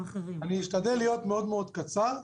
אשתדל להיות קצר מאוד,